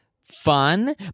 fun